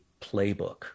playbook